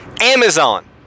Amazon